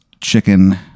chicken